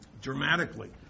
dramatically